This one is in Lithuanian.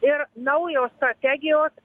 ir naujos strategijos